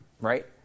Right